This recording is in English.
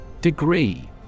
Degree